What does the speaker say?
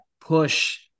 push